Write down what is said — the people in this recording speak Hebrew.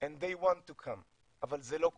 and they want to come, אבל זה לא קורה.